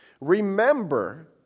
Remember